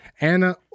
Anna